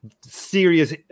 serious